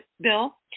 bill